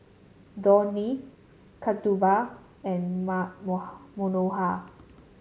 Dhoni Kasturba and Manohar